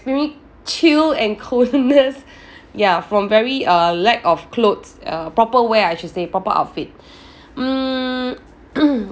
extremely chill and coldness ya from very uh lack of clothes uh proper wear I should say proper outfit mm